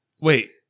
Wait